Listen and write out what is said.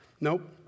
Nope